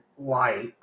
light